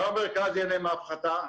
גם המרכז ייהנה מהפחתה,